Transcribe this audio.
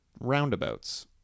Roundabouts